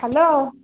hello